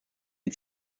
die